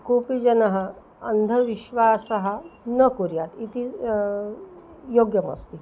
कोपि जनः अन्धविश्वासः न कुर्यात् इति योग्यमस्ति